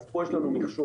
אז פה יש לנו מכשול.